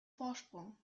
vorsprung